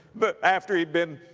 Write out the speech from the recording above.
but after he'd been,